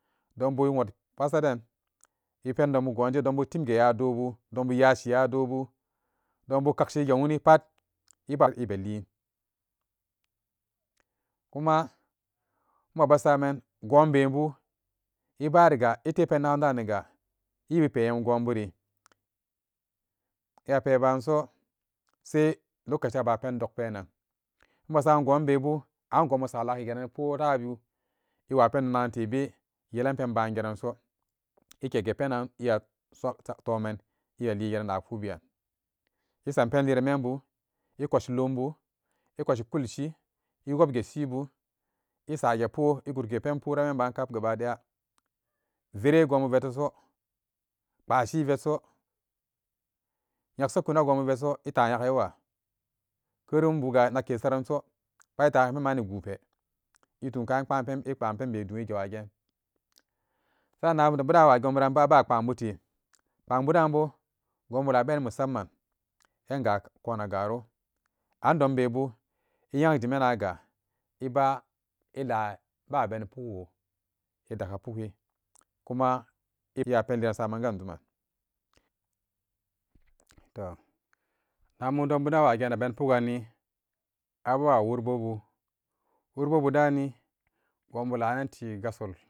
Donbu iwont pasaden ipen dombu gunje donmbu gimge yado bu donmbu yashi yadobu donmbu kakshi get wunibu pal iba ibali kuma immaba saman wubebu ibariga a ile penliban da niga iyebi peyem gonburi iya peba so sai loccaci ran aban pe dok penan immu saman gonbe bu and gubu salaki geri bu kah ju iwa pendom nagan teso ya palan pen bageran so ikege penan bageran so ike ligeran na bor bevan i sam pen kranmembu ikoshi lombu ikoshi kolishi newobge shibu isogepor iborkigel penporan menba gkap gaba deya fere gunbu reteso kpashi veso nyasi kona gonbu valeso itan ya ga wa feren bukaga nakke veranso pat itayaga penbanibonpe. ito ka pen be igewa ge sanan nebu danan wa gebute kwan bu da bu gonbu labenan musa mman enga konagaro andombebu ineyen ijimanaga iba ilaba bene pukwo idakka pukgi kuma iyaleran sammaga juman toh ka mumdombu danan awagene pukgkani abawa worgobu worgobu dani gunbu lanan tegassol.